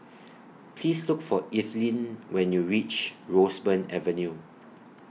Please Look For Eveline when YOU REACH Roseburn Avenue